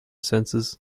sensors